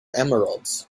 emeralds